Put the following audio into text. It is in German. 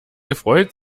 gefreut